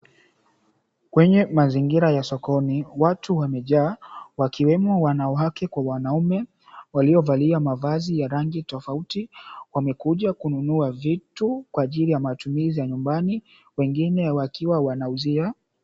Kwenye mazingira ya sokoni, watu wamejaa wakiwemo wanawake kwa wanaume waliovalia mavazi ya rangi tofauti. Wamekuja kununua vitu kwa ajili ya matumizi ya nyumbani, wengine wakiwa wanauzia.